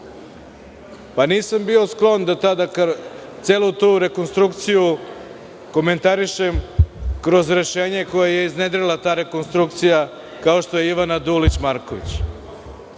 pa nisam bio sklon da tada celu tu rekonstrukciju komentarišem kroz rešenje koje je iznedrila ta rekonstrukcija kao što je Ivana Dulić Marković,